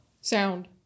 Sound